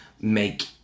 make